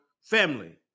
family